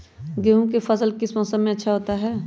गेंहू का फसल किस मौसम में अच्छा होता है?